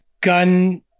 gun